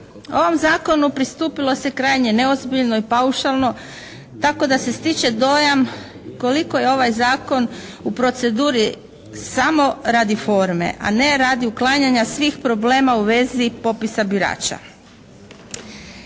Ovom zakonu pristupilo se krajnje neozbiljno i paušalno tako da se stiče dojam koliko je ovaj zakon u proceduri samo radi forme, a ne radi uklanjanja svih problema u vezi popisa birača.